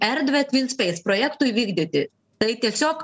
erdvę tvin speis projektui vykdyti tai tiesiog